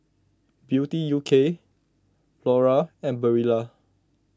Beauty U K Lora and Barilla